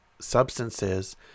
substances